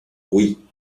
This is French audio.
oui